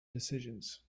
decisions